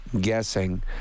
guessing